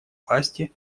власти